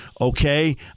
okay